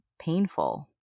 painful